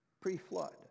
Pre-flood